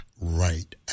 right